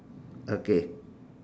okay